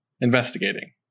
Investigating